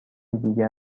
دیگر